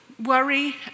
Worry